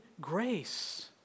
grace